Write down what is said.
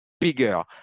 bigger